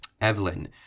Evelyn